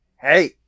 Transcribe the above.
hey